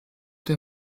der